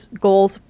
goals